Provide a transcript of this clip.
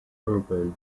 urban